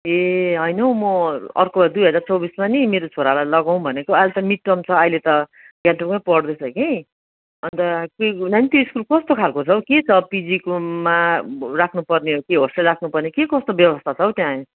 ए होइन हौ म अर्को दुई हजार चौबिसमा नि मेरो छोरालाई लगाउँ भनेको अहिले त मिडटर्म छ अहिले त गान्तोकमै पढ्दैछ कि अन्त कि नानी त्यो स्कुल कस्तो खालको छ हौ के छ पिजीकोमा राख्नुपर्ने हो कि होस्टेल राख्नु पर्ने हो कि के कस्तो व्यवस्था छ हौ त्यहाँ